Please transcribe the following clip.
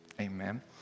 Amen